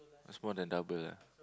that's more than double lah